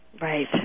Right